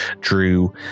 Drew